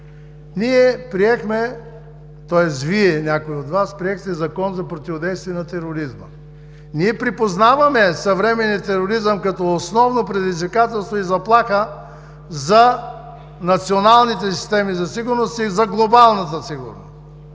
Ние приехме, тоест Вие, някои от Вас приехте Закон за противодействие на тероризма. Ние припознаваме съвременния тероризъм като основно предизвикателство и заплаха за националните системи за сигурност и за глобалната сигурност.